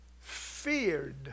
feared